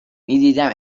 میدیدم